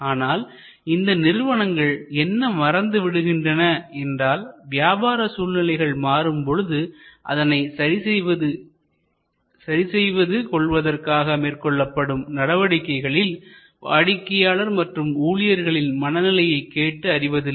ஆனால் இந்த நிறுவனங்கள் என்ன மறந்து விடுகின்றன என்றால் வியாபார சூழ்நிலைகள் மாறும் பொழுது அதனை சரிசெய்வது கொள்வதற்காக மேற்கொள்ளப்படும் நடவடிக்கைகளில் வாடிக்கையாளர் மற்றும் ஊழியர்களின் மனநிலையை கேட்டு அறிவதில்லை